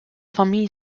famille